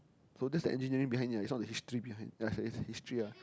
so that's the engineering behind it ah it's not the history behind ya it's the history ah